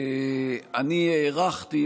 אני הערכתי,